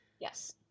Yes